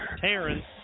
Terrence